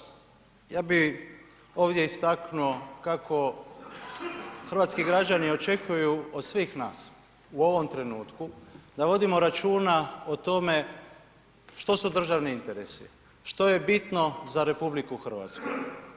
Kolega Maras, ja bi ovdje istaknuo kako hrvatski građani očekuju od svih nas u ovom trenutku da vodimo računa o tome što su državni interesi, što je bitno za RH,